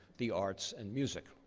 the arts, and music.